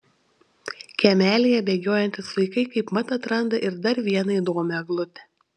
kiemelyje bėgiojantys vaikai kaip mat atranda ir dar vieną įdomią eglutę